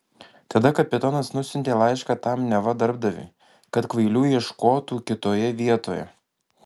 tada kapitonas nusiuntė laišką tam neva darbdaviui kad kvailių ieškotų kitoje vietoje